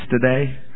today